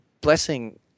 blessing